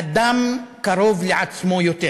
אדם קרוב לעצמו יותר.